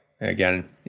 Again